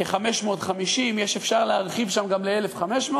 כ-550, אפשר להרחיב שם גם ל-1,500,